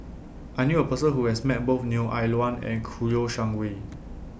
I knew A Person Who has Met Both Neo Ah Luan and Kouo Shang Wei